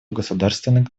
государственных